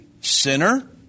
sinner